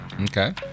Okay